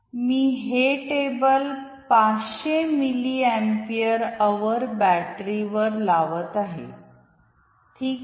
मी हे table 500 milliampere hour बॅटरीवर लावत आहे हे ठीक आहे